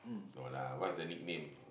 no lah what is the nickname